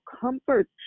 comfort